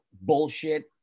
bullshit